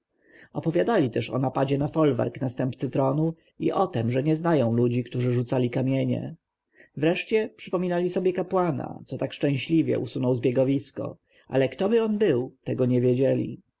opowiadali też o napadzie na folwark następcy tronu i o tem że nie znają ludzi którzy rzucali kamienie wreszcie przypominali sobie kapłana co tak szczęśliwie usunął zbiegowisko ale ktoby on był nie wiedzieli